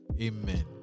Amen